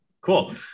Cool